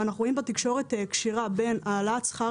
אנחנו רואים בתקשורת קשירה בין העלאת שכר